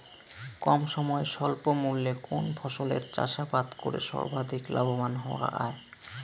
কম সময়ে স্বল্প মূল্যে কোন ফসলের চাষাবাদ করে সর্বাধিক লাভবান হওয়া য়ায়?